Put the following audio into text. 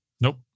Nope